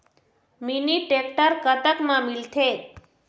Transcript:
Mini tractor कतक म मिलथे?